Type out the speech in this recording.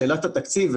שאלת התקציב,